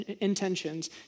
intentions